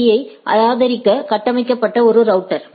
பீ I ஆதரிக்க கட்டமைக்கப்பட்ட ஒரு ரவுட்டர்